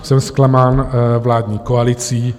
Jsem zklamán vládní koalicí.